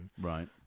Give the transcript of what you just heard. right